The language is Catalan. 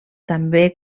també